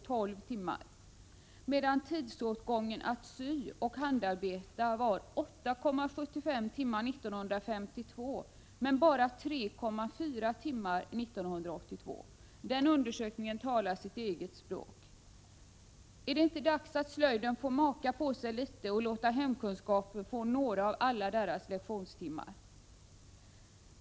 Tidsåtgången för att sy och handarbeta var 8,75 timmar 1952 men bara 3,4 timmar 1982. Den undersökningen talar sitt eget språk. Är det inte dags att slöjden får maka litet på sig och låta hemkunskapen få några av alla dess lektionstimmar?